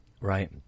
Right